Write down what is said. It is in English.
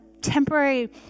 temporary